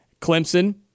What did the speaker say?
Clemson